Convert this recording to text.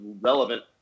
relevant